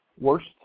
worst